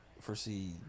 foresee